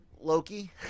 Loki